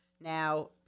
now